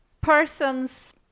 person's